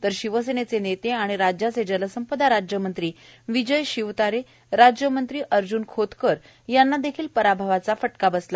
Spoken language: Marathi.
तर शिवसेनेचे नेते आणि राज्याचे जलसंपदा राज्यमंत्री विजय शिवतारे राज्यमंत्री अर्ज्न खोतकर यांना देखील पराभवाचा फटका बसला